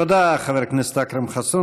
תודה, חבר הכנסת אכרם חסון.